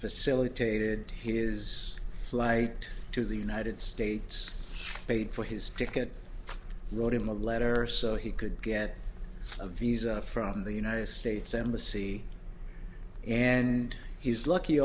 facilitated his flight to the united states paid for his ticket wrote him a letter so he could get a visa from the united states embassy and he's lucky